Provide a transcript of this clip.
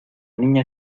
niña